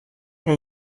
hier